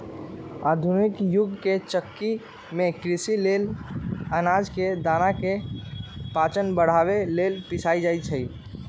आधुनिक जुग के चक्की में कृषि लेल अनाज के दना के पाचन बढ़ाबे लेल पिसल जाई छै